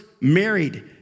married